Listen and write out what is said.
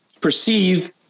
perceive